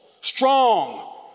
strong